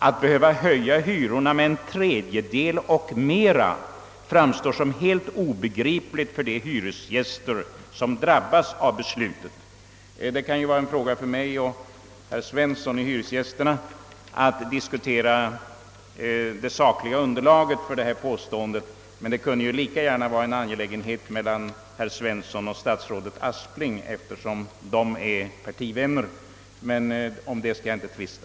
Att behöva höja hyrorna med en tredjedel och mera framstår som helt obegripligt för de hyresgäster som drabbas av beslutet.» Herr Svensson i Hyresgästernas riksförbund och jag kan ju diskutera det sakliga underlaget för detta påstående, men det kunde lika gärna vara en angelägenhet mellan herr Svensson och statsrådet Aspling, eftersom de är partivän ner. Därom skall jag emellertid inte tvista.